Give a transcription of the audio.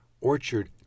orchard